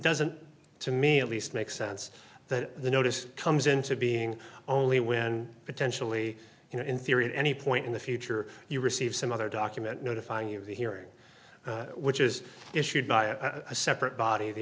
doesn't to me at least make sense that the notice comes into being only when potentially you know in theory at any point in the future you receive some other document notifying you of the hearing which is issued by a separate body of the